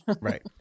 Right